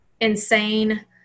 insane